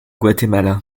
guatemala